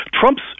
Trump's